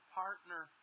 partner